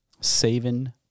Saving